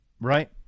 Right